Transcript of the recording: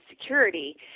security